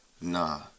Nah